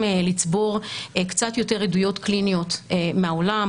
לצבור קצת יותר עדויות קליניות מהעולם,